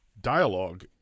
dialogue